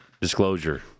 disclosure